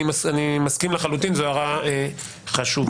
אני מסכים לחלוטין, זו הערה חשובה.